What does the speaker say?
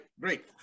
great